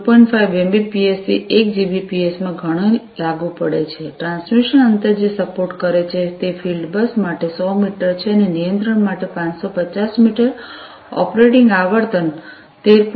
5 એમબીપીએસથી 1 જીબીપીએસ માં ઘણી અલગ પડે છે ટ્રાન્સમિશન અંતર જે સપોર્ટ કરે છે તે ફીલ્ડ બસ માટે 100 મીટર છે અને નિયંત્રણ માટે 550 મીટર ઓપરેટિંગ આવર્તન 13